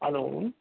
hello